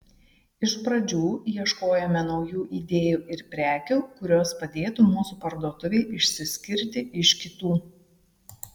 iš pradžių ieškojome naujų idėjų ir prekių kurios padėtų mūsų parduotuvei išsiskirti iš kitų